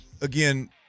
Again